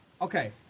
Okay